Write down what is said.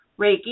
Reiki